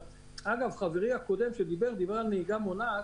חברי שדיבר על נהיגה מונעת,